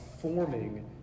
forming